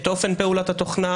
את אופן פעולת התוכנה,